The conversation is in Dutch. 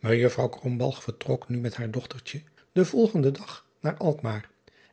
ejuffrouw vertrok nu met haar dochtertje den volgenden dag naar lkmaar